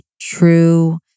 true